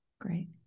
great